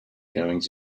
goings